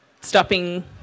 stopping